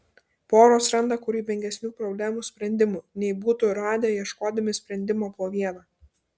poros randa kūrybingesnių problemų sprendimų nei būtų radę ieškodami sprendimo po vieną